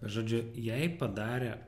žodžiu jai padarė